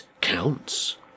counts